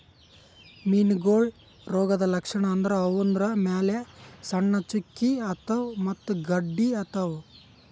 ಮೀನಾಗೋಳ್ ರೋಗದ್ ಲಕ್ಷಣ್ ಅಂದ್ರ ಅವುದ್ರ್ ಮ್ಯಾಲ್ ಸಣ್ಣ್ ಚುಕ್ಕಿ ಆತವ್ ಮತ್ತ್ ಗಡ್ಡಿ ಆತವ್